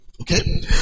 Okay